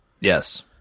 Yes